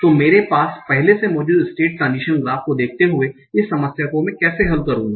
तो मेरे पास पहले से मौजूद स्टेट ट्रांज़िशन ग्राफ को देखते हुए इस समस्या को कैसे हल करूँगा